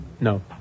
No